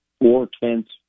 four-tenths